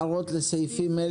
הערות לסעיפים שהוקראו.